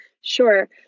Sure